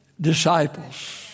disciples